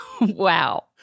Wow